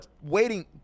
waiting